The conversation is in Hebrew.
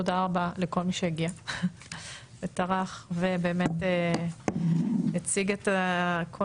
תודה רבה לכל מי שהגיע וטרח ובאמת כל מי שהציג את הדברים,